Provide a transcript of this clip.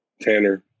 Tanner